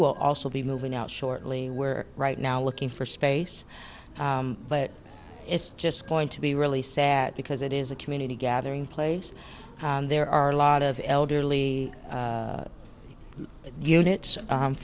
will also be moving out shortly right now looking for space but it's just going to be really sad because it is a community gathering place there are a lot of elderly units